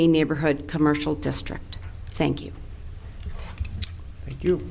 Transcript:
a neighborhood commercial district thank you thank you